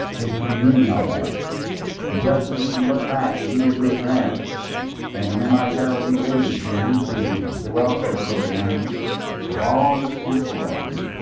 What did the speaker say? it's the beginning of that. and just as we can look back to heber j. grant and to men like harold b. lee, who initiated the welfare program with all of its temporal blessings,